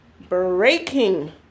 breaking